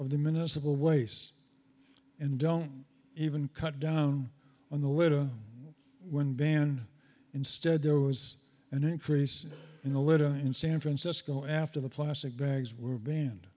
of the waste and don't even cut down on the litter when van instead there was an increase in the litter in san francisco after the plastic bags were banned